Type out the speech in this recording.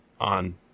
on